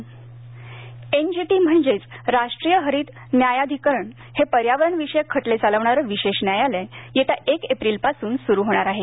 N G T N G T म्हणजेच राष्ट्रीय हरित न्यायाधिकरण हे पर्यावरणविषयक खटले चालविणारं विशेष न्यायालय येत्या एक एप्रिल पासून सुरू होणार आहे